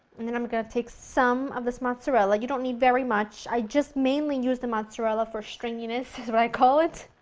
and then i'm going to take some of this mozzarella, you don't need very much i just mainly use the mozzarella for stringiness, this is what i call it.